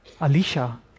Alicia